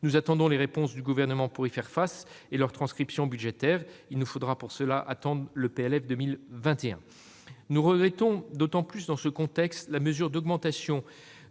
Nous attendons les réponses du Gouvernement pour y faire face et leur transcription budgétaire. Il nous faudra pour cela attendre le projet de loi de finances pour 2021. Nous regrettons d'autant plus, dans ce contexte, la mesure d'augmentation